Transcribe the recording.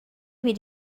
with